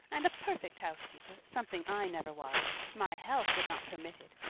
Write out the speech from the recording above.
and a perfect housekeeper something i never was. my health would not permit it,